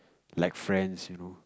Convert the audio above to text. like friends you know